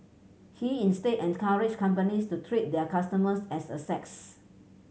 he instead and courage companies to treat their customers as a sex